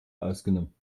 ausgenommen